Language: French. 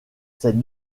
ses